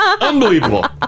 Unbelievable